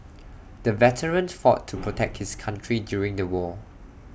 the veteran fought to protect his country during the war